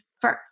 first